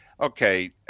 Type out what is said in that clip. Okay